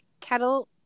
kettle